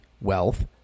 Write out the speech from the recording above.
wealth